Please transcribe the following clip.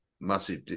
massive